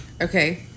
Okay